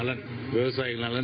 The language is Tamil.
நலன் விவசாயிகள் நலன்